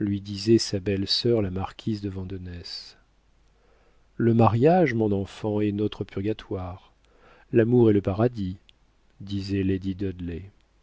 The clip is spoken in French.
lui disait sa belle-sœur la marquise de vandenesse le mariage mon enfant est notre purgatoire l'amour est le paradis disait